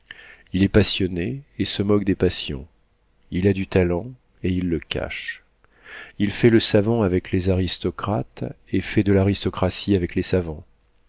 il est passionné et se moque des passions il a du talent et il le cache il fait le savant avec les aristocrates et fait de l'aristocratie avec les savants